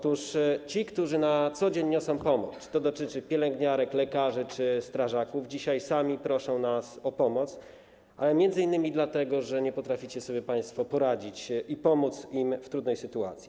Otóż ci, którzy na co dzień niosą pomoc - to dotyczy pielęgniarek, lekarzy czy strażaków - dzisiaj sami proszą nas o pomoc, m.in. dlatego, że nie potraficie sobie państwo poradzić i pomóc im w trudnej sytuacji.